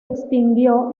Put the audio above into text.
extinguió